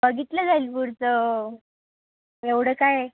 बघितलं जाईल पुढचं एवढं काय आहे